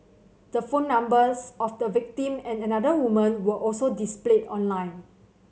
the phone numbers of the victim and another woman were also displayed online